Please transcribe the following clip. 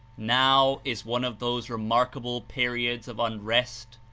now is one of those remark able periods of unrest,